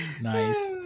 Nice